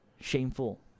shameful